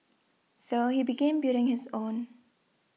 so he began building his own